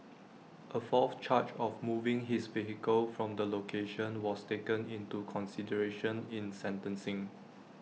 A fourth charge of moving his vehicle from the location was taken into consideration in sentencing